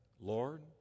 Lord